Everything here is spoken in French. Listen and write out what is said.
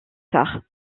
tard